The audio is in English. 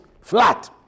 flat